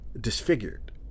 disfigured